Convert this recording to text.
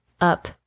up